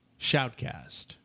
Shoutcast